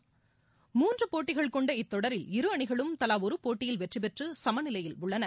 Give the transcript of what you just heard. கொண்ட முன்றுபோட்டிகள் இத்தொடரில் இரு அணிகளும் தலாஒருபோட்டியில் வெற்றிபெற்றுசமநிலையில் உள்ளன